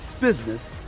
business